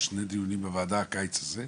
או שני דיונים בוועדה הקיץ הזה.